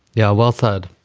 yeah. well-thumbed